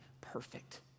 perfect